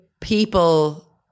people